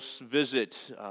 visit